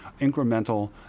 incremental